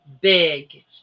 big